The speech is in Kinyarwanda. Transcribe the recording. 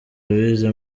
louise